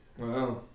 Wow